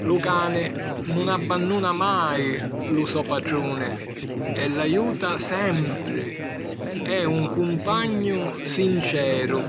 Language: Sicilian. Lu cani nun abbannuna mai lu so patruni e l'aiuta sempri. E' un cumpagnu sinceru.